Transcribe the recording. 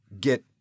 get